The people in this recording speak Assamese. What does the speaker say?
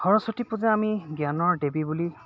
সৰস্বতী পূজা আমি জ্ঞানৰ দেৱী বুলি